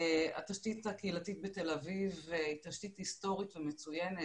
התשתית הקהילתית בתל אביב היא תשתית היסטורית ומצוינת.